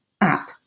app